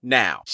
now